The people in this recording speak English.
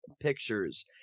Pictures